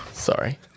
Sorry